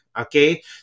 okay